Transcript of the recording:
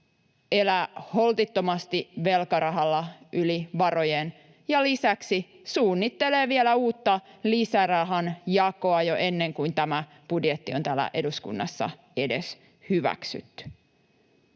elää holtittomasti velkarahalla yli varojen ja lisäksi suunnittelee vielä uutta lisärahan jakoa jo ennen kuin tämä budjetti on täällä eduskunnassa edes hyväksytty.